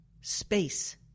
space